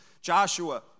Joshua